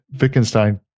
Wittgenstein